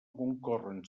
concorren